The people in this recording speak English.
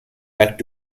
back